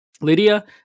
Lydia